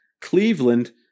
Cleveland